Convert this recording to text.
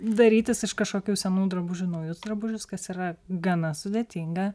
darytis iš kažkokių senų drabužių naujus drabužius kas yra gana sudėtinga